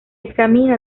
examina